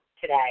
today